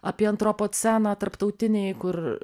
apie antropoceną tarptautinėj kur